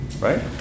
Right